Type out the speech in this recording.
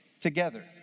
together